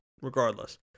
Regardless